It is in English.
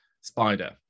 spider